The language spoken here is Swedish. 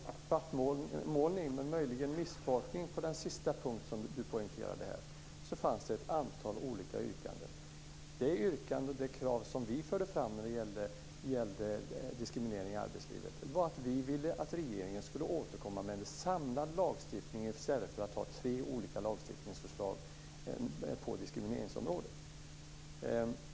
Fru talman! Jag ska inte använda ordet svartmålning men möjligen misstolkning på den sista punkt som Hans Karlsson tog upp. Det fanns ett antal olika yrkanden. Det yrkande och krav som vi moderater förde fram när det gällde diskriminering i arbetslivet var att vi ville att regeringen skulle återkomma med en samlad lagstiftning i stället för ha tre olika lagstiftningsförslag på diskrimineringsområdet.